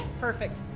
Perfect